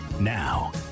Now